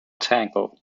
tangle